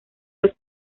los